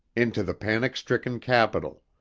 into the panic stricken capital.